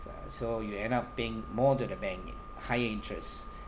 ya so you end up paying more to the bank higher interest